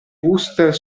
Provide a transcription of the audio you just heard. booster